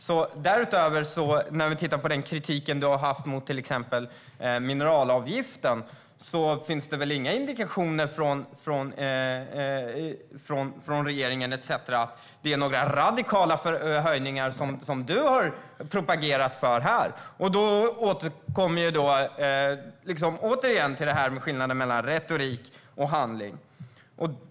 När vi därutöver ser på den kritik du har haft mot till exempel mineralavgiften finns det väl inga indikationer från regeringen etcetera om några radikala höjningar som dem du har propagerat för här. Då kommer vi återigen till skillnaden mellan retorik och handling.